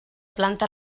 planta